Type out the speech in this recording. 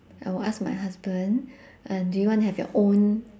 I'll ask my husband uh do you want to have your own